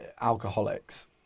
alcoholics